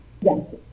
Yes